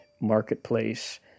marketplace